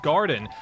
Garden